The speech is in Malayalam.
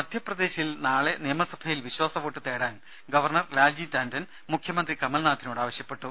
മധ്യപ്രദേശിൽ നാളെ നിയമസഭയിൽ വിശ്വാസവോട്ട് തേടാൻ ഗവർണർ ലാൽജി ടാൻഠൺ മുഖ്യമന്ത്രി കമൽനാഥിനോട്ട് ആവശ്യപ്പെട്ടു